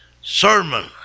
sermon